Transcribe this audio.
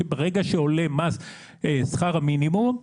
שברגע שעולה שכר המינימום,